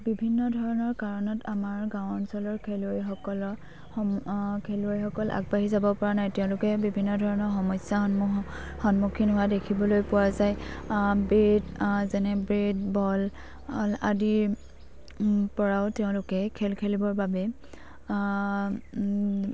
বিভিন্ন ধৰণৰ কাৰণত আমাৰ গাঁও অঞ্চলৰ খেলুৱৈসকলৰ সম খেলুৱৈসকল আগবাঢ়ি যাব পৰা নাই তেওঁলোকে বিভিন্ন ধৰণৰ সমস্যা সন্মু সন্মুখীন হোৱা দেখিবলৈ পোৱা যায় বেট যেনে বেট বল আদি পৰাও তেওঁলোকে খেল খেলিবৰ বাবে